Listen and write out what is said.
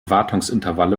wartungsintervalle